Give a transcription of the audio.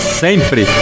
sempre